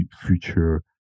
future